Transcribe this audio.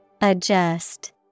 adjust